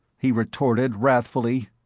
he retorted wrathfully.